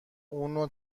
اونو